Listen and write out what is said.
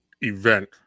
event